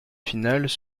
finales